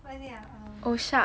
what is it ah um